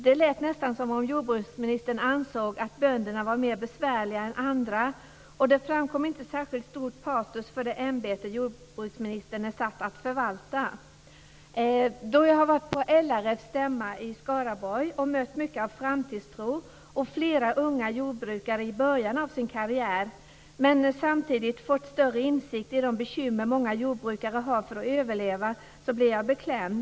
Det lät nästan som om jordbruksministern ansåg att bönderna var mer besvärliga än andra, och det framkom inte särskilt stort patos för det ämbete jordbruksministern är satt att förvalta. Jag har varit på LRF:s stämma i Skaraborg och har där mött mycket av framtidstro och flera unga jordbrukare i början av sina kärriärer. Men samtidigt har jag fått större insikt i de bekymmer många jordbrukare har för att överleva, och det har gjort mig beklämd.